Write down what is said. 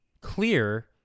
clear